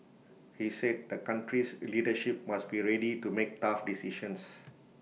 he said the country's leadership must be ready to make tough decisions